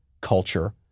culture